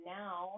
now